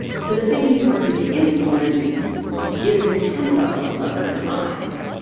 so the thing he's working to influence is the tempo of the demise.